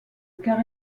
car